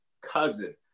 cousin